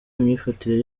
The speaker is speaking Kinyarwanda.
imyifatire